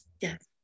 yes